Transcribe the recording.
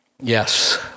Yes